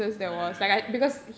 right right